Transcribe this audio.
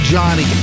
Johnny